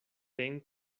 ten